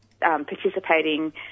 participating